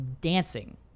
dancing